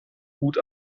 gut